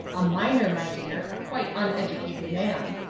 a miner, my dear, a quite uneducated man